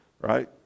right